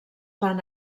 van